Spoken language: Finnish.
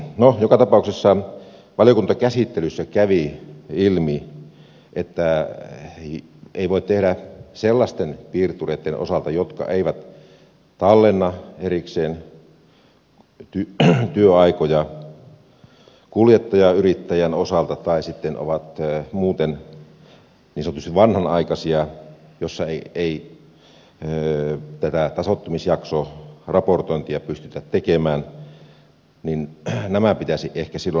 no joka tapauksessa valiokuntakäsittelyssä kävi ilmi että ei voi tehdä sellaisten piirtureitten osalta jotka eivät tallenna erikseen työaikoja kuljettajayrittäjän osalta tai sitten ovat muuten niin sanotusti vanhanaikaisia joilla ei tätä tasoittumisjaksoraportointia pystytä tekemään niin että nämä pitäisi ehkä silloin uusia